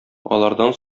алардан